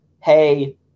hey